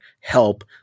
help